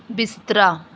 ਬਿਸਤਰਾ